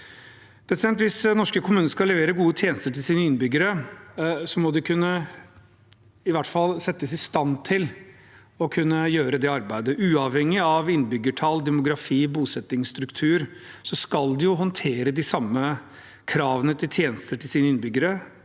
Hvis norske kommuner skal levere gode tjenester til sine innbyggere, må de i hvert fall settes i stand til å kunne gjøre det arbeidet. Uavhengig av innbyggertall, demografi og bosettingsstruktur skal de håndtere de samme kravene til tjenester til sine innbyggere.